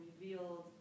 revealed